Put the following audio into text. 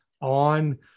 on